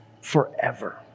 forever